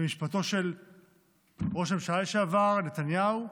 במשפטו של ראש הממשלה לשעבר נתניהו,